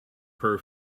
per